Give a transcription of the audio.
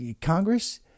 Congress